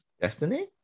Destiny